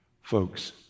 Folks